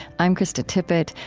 i'm krista tippett.